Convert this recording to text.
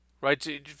right